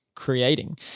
creating